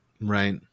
Right